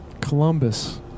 Columbus